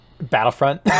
Battlefront